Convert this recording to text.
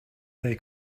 they